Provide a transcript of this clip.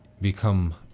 become